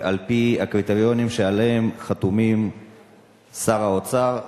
על-פי הקריטריונים שעליהם חתום שר האוצר,